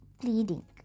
pleading